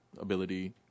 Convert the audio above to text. ability